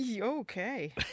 Okay